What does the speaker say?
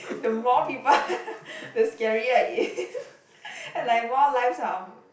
the more people the scarier it is and like more lives are on